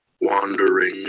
Wandering